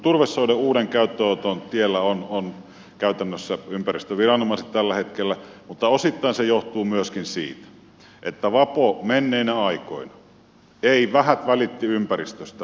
turvesoiden uuden käyttöönoton tiellä ovat käytännössä ympäristöviranomaiset tällä hetkellä mutta osittain se johtuu myöskin siitä että vapo menneinä aikoina vähät välitti ympäristöstään